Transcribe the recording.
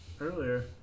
earlier